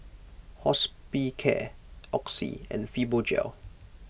Hospicare Oxy and Fibogel